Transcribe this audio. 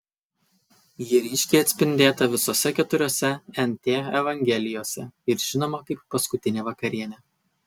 ji ryškiai atspindėta visose keturiose nt evangelijose ir žinoma kaip paskutinė vakarienė